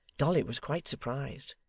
dolly was quite surprised,